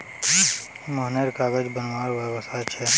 मोहनेर कागज बनवार व्यवसाय छे